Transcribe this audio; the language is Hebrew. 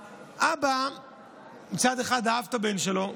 האבא מצד אחד אהב את הבן שלו,